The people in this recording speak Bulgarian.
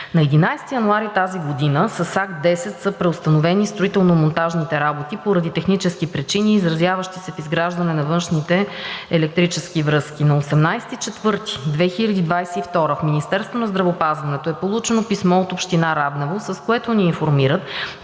На 11 януари тази година с Акт 10 са преустановени строително-монтажните работи поради технически причини, изразяващи се в изграждане на външните електрически връзки. На 18 април 2022 г. в Министерството на здравеопазването е получено писмо от Община Раднево, с което ни информират,